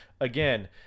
again